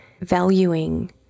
valuing